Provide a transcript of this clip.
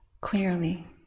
clearly